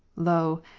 lo!